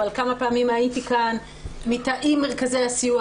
אבל כמה פעמים הייתי כאן עם מרכזי הסיוע,